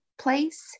place